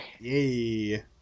Yay